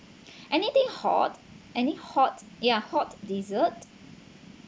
anything hot any hot yeah hot desserts